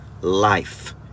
life